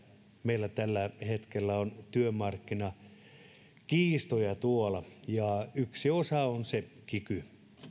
meillä tällä hetkellä on työmarkkinakiistoja tuolla ja yksi osa on se kiky